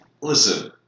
listen